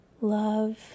love